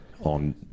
on